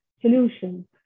solution